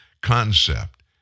concept